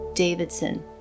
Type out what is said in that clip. Davidson